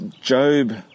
Job